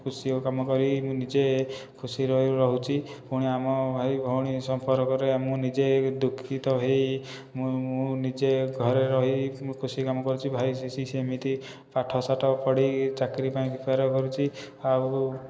କୃଷି କାମ କରି ମୁଁ ନିଜେ ଖୁସି ରହୁଛି ପୁଣି ଆମ ଭାଇ ଭଉଣୀ ସମ୍ପର୍କରେ ମୁଁ ନିଜେ ଦୁଃଖିତ ହୋଇ ମୁଁ ନିଜେ ଘରେ ରହି ମୁଁ କୃଷି କାମ କରୁଛି ଭାଇ ସେ ସେମିତି ପାଠ ଶାଠ ପଢ଼ି ଚାକିରି ପାଇଁ ପ୍ରିପାର କରୁଛି ଆଉ